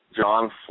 John